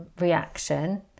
reaction